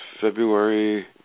February